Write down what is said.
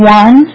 one